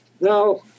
Now